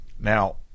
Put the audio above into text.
Now